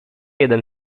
jeden